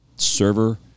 Server